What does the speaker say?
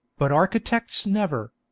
but architects never!